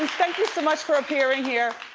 thank you so much for appearing here.